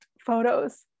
photos